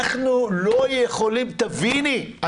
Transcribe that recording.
תביני,